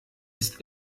ist